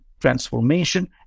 transformation